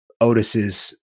Otis's